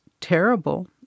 terrible